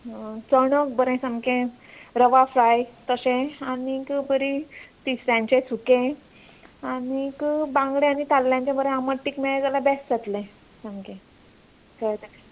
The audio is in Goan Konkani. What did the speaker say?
चणक बरें सामकें रवा फ्राय तशें आनीक बरीं तिसऱ्यांचें सुकें आनीक बांगडे आनी ताल्ल्यांचें बरें आमट तीख मेळ्ळें जाल्यार बॅस्ट जातलें सामकें